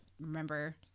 remember